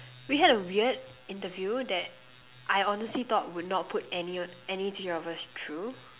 we had a weird interview that I honestly thought would not put any any three of us through